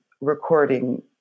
recording